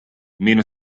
meno